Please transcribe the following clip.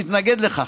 שהתנגד לכך.